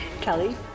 Kelly